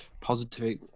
positive